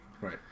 Right